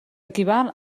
equival